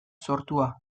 sortua